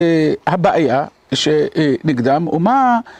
הבעיה שנגדם או מה...